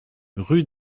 rue